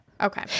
okay